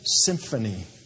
symphony